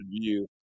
view